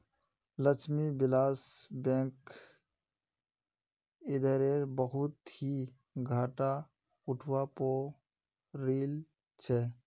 लक्ष्मी विलास बैंकक इधरे बहुत ही घाटा उठवा पो रील छे